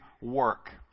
work